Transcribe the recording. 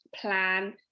plan